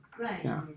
Right